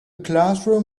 classroom